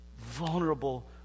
vulnerable